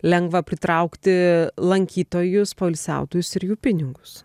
lengva pritraukti lankytojus poilsiautojus ir jų pinigus